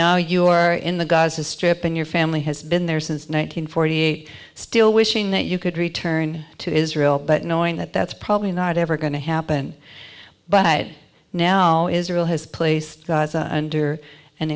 now you are in the gaza strip in your family has been there since one nine hundred forty eight still wishing that you could return to israel but knowing that that's probably not ever going to happen but i now israel has placed under an